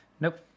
Nope